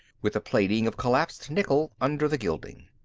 with a plating of collapsed nickel under the gilding.